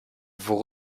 vous